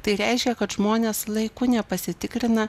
tai reiškia kad žmonės laiku nepasitikrina